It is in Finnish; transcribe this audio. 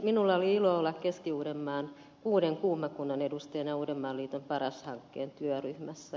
minulla oli ilo olla keski uudenmaan kuuden kuuma kunnan edustajana uudenmaan liiton paras hankkeen työryhmässä